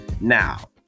Now